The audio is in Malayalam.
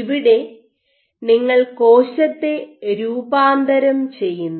ഇവിടെ നിങ്ങൾ കോശത്തെ രൂപാന്തരം ചെയ്യുന്നു